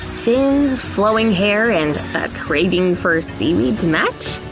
fins, flowing hair and a craving for seaweed to match?